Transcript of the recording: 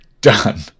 done